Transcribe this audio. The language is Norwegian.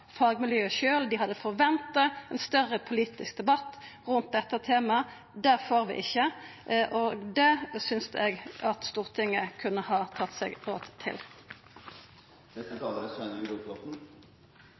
fagmiljøet sjølv. Dei hadde forventa ein større politisk debatt rundt dette temaet, det får vi ikkje. Det synest eg at Stortinget kunne ha tatt seg råd til.